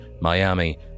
Miami